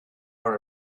are